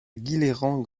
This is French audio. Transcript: guilherand